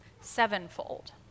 sevenfold